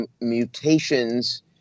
mutations